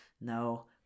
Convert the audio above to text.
no